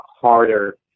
harder